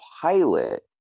pilot